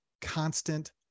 constant